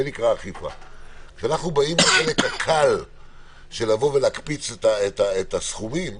כאן אנחנו באים לחלק הקל של הקפצת הסכומים,